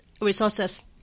resources